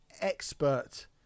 expert